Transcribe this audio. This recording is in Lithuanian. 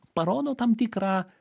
parodo tam tikrą